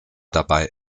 dabei